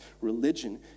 religion